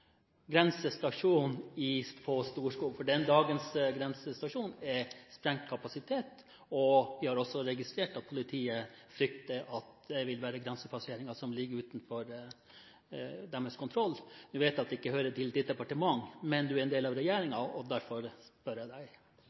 grensestasjon på Storskog, for ved dagens grensestasjon er det sprengt kapasitet, og vi har også registrert at politiet frykter at det vil være grensepasseringer som ligger utenfor deres kontroll. Jeg vet at det ikke hører til statsrådens departement, men statsråden er en del av regjeringen, og derfor spør jeg